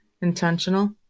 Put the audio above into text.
Intentional